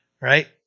right